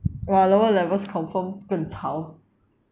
!wah! lower levels confirm 更吵